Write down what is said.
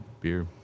beer